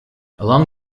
along